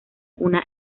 una